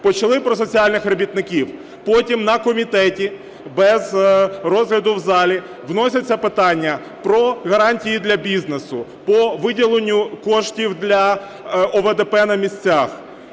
Почали про соціальних робітників, потім на комітеті без розгляду в залі вносяться питання про гарантії для бізнесу, по виділенню коштів для ОВДП на місцях.